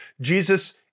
Jesus